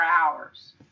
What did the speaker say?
hours